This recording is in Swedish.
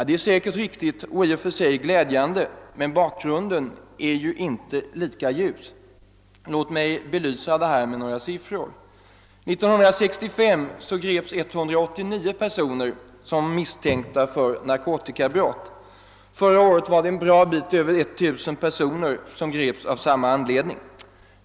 Det är säkerligen riktigt och i och för sig glädjande, men bakgrunden är inte lika ljus. Låt mig belysa detta med några siffror. År 1965 greps 189 personer som misstänkta för narkotikabrott; förra året var det betydligt över 19000 personer som greps av samma anledning.